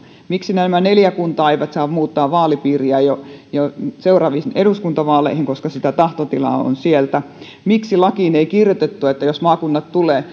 miksi nämä neljä kuntaa eivät saa muuttaa vaalipiiriä jo seuraaviin eduskuntavaaleihin koska sitä tahtotilaa on siellä miksi lakiin ei kirjoitettu että jos maakunnat tulevat